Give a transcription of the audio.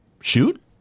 shoot